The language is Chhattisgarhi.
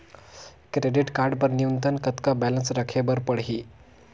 क्रेडिट कारड बर न्यूनतम कतका बैलेंस राखे बर पड़ही?